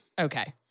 Okay